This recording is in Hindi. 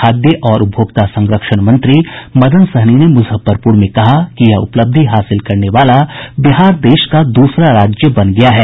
खाद्य और उपभोक्ता संरक्षण मंत्री मदन सहनी ने मुजफ्फरपुर में कहा कि यह उपलब्धि हासिल करने वाला बिहार देश का दूसरा राज्य बन गया है